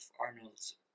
Arnold's